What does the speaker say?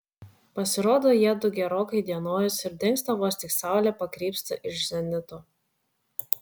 pasirodo jiedu gerokai įdienojus ir dingsta vos tik saulė pakrypsta iš zenito